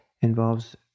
involves